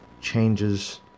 changes